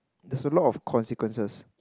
there's a lot of consequences